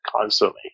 constantly